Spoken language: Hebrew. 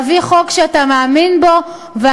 להביא חוק שאתה מאמין בו,